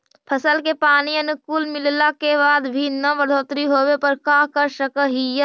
फसल के पानी अनुकुल मिलला के बाद भी न बढ़ोतरी होवे पर का कर सक हिय?